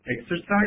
exercise